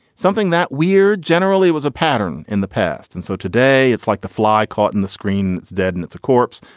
something that weird generally was a pattern in the past and so today it's like the fly caught in the screen dead and it's a corpse.